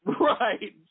Right